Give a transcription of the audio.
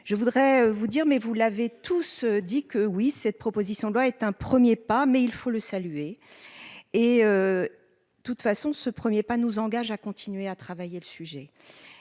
Je voudrais vous dire mais vous l'avez tous dit que oui cette proposition de loi est un 1er pas mais il faut le saluer. Et. De toute façon ce 1er pas nous engage à continuer à travailler le sujet